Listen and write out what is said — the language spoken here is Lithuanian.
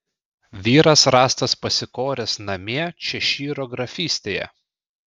vyras rastas pasikoręs namie češyro grafystėje